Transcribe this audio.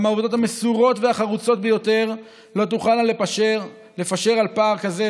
גם העובדות המסורות והחרוצות ביותר לא תוכלנה לפשר על פער כזה,